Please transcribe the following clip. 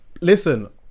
Listen